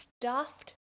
stuffed